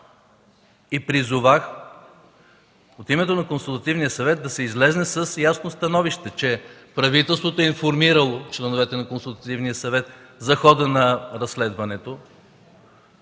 Призовах от името на Консултативния съвет да се излезе с ясно становище, че правителството е информирало членовете на Консултативния съвет за хода на разследването